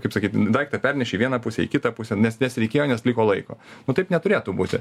kaip sakyt daiktą perneši į vieną pusę į kitą pusę nes nes reikėjo nes liko laiko nu taip neturėtų būti